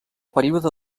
període